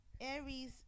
aries